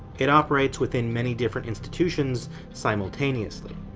it operates within many different institutions simultaneously.